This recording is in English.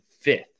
fifth